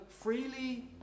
freely